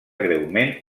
greument